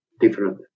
different